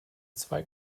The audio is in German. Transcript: zwei